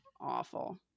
awful